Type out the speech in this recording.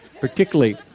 Particularly